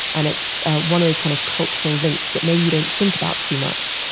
and it's one of this kind of cultural links that maybe you don't think about too much.